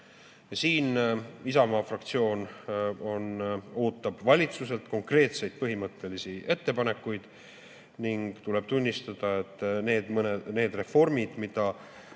siin Isamaa fraktsioon ootab valitsuselt konkreetseid põhimõttelisi ettepanekuid. Tuleb tunnistada, et need reformid, mida